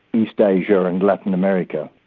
east asia and latin america.